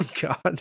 god